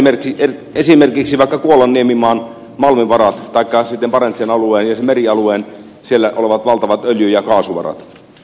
otetaan esimerkiksi vaikka kuolan niemimaan malmivarat taikka sitten barentsin alueella ja sillä merialueella olevat valtavat öljy ja kaasuvarat